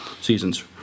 seasons